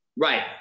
Right